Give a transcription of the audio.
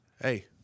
Hey